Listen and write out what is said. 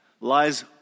lies